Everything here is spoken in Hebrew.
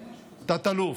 כתת-אלוף.